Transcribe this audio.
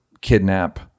kidnap